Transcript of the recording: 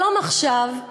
"שלום עכשיו",